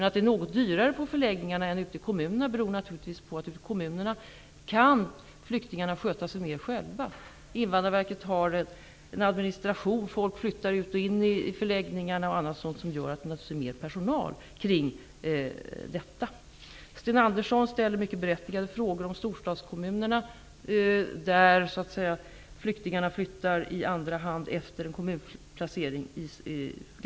Att det är något dyrare på förläggningarna än ute i kommunerna beror naturligtvis på att flyktingarna kan sköta sig mer själva ute i kommunerna. Invandrarverket har en administration och folk flyttar ut och in i förläggningarna. Det gör att det krävs mer personal här. Sten Andersson i Malmö ställer mycket berättigade frågor om storstadskommunerna. Dit flyttar flyktingarna ofta i andra hand efter en kommunplacering.